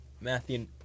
Matthew